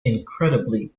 incredibly